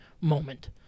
moment